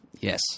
Yes